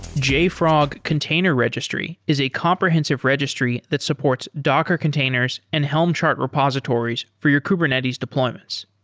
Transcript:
jfrog container registry is a comprehensive registry that supports docker containers and helm chart repositories for your kubernetes deployments.